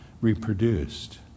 reproduced